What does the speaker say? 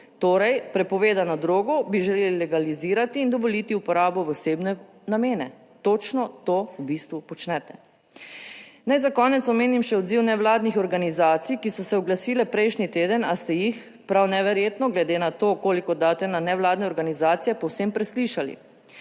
Torej, prepovedano drogo bi želeli legalizirati in dovoliti uporabo v osebne namene, točno to v bistvu počnete. Naj za konec omenim še odziv nevladnih organizacij, ki so se oglasile prejšnji teden, a ste jih, prav neverjetno, glede na to, koliko daste na nevladne organizacije, povsem preslišali.